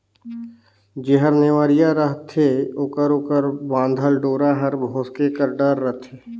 जेहर नेवरिया रहथे ओकर ओकर बाधल डोरा हर भोसके कर डर रहथे